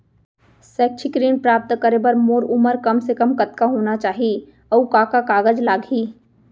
शैक्षिक ऋण प्राप्त करे बर मोर उमर कम से कम कतका होना चाहि, अऊ का का कागज लागही?